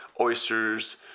oysters